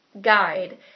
guide